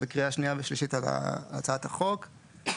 בקריאה שנייה ושלישית על הצעת החוק,